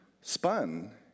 spun